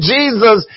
Jesus